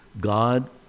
God